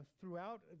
throughout